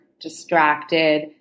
distracted